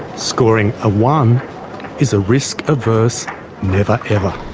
scoring a one is a risk-averse never ever.